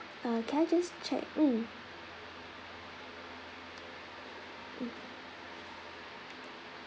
uh can I just check mm mm